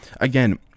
Again